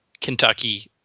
Kentucky